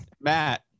Matt